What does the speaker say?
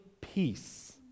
peace